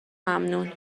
ممنون